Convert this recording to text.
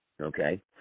Okay